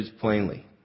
plainly